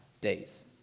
days